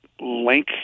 link